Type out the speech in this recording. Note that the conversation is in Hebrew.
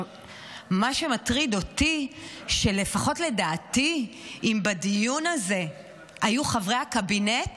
מה שמטריד אותי הוא שלפחות לדעתי אם בדיון הזה היו חברי הקבינט,